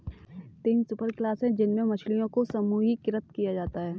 तीन सुपरक्लास है जिनमें मछलियों को समूहीकृत किया जाता है